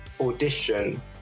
audition